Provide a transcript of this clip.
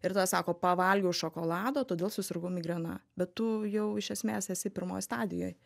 ir tada sako pavalgiau šokolado todėl susirgau migrena bet tu jau iš esmės esi pirmoj stadijoj